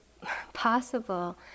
possible